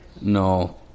No